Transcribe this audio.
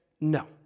no